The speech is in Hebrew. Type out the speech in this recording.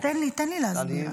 רגע, תן לי להסביר.